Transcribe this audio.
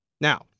Now